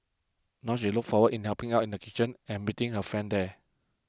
now she looks forward in helping out in the kitchen and meeting her friends there